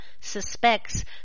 suspects